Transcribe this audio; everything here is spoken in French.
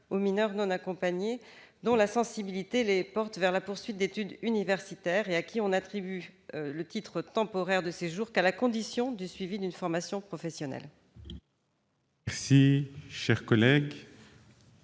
aux mineurs non accompagnés, dont la sensibilité les porte vers la poursuite d'études universitaires et à qui n'est attribué le titre temporaire de séjour qu'à la condition du suivi d'une formation professionnelle. L'amendement